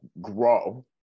grow